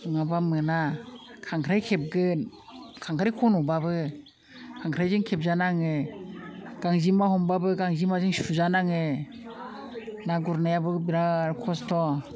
नङाब्ला मोना खांख्राइ खेबगोन खांख्राइ खन'ब्लाबो खांख्राइजों खेबजानाङो गांजेमा हमब्लाबो गांजेमाजों सुजानाङो ना गुरनायाबो बेराद खस्थ'